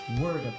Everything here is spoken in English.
word